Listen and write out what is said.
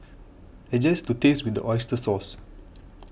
adjust to taste with the Oyster Sauce